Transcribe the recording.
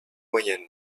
moyenne